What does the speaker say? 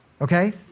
okay